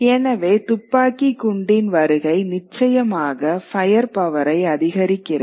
எனவே துப்பாக்கிக் குண்டின் வருகை நிச்சயமாக ஃபயர்பவரை அதிகரிக்கிறது